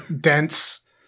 dense